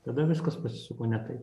tada viskas pasisuko ne taip